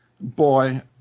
Boy